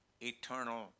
eternal